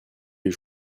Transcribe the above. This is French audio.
les